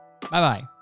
Bye-bye